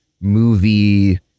movie